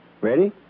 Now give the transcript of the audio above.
ready